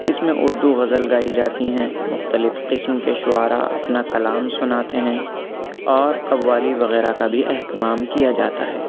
اِس میں اردو غزل گائی جاتی ہیں مختلف قسم کے شعراء اپنا کلام سناتے ہیں اور قوالی وغیرہ کا بھی اہتمام کیا جاتا ہے